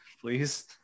Please